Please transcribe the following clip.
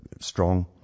strong